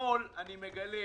והבוקר אני מגלה,